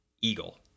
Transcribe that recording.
eagle